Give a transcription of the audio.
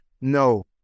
no